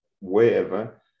wherever